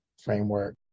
Framework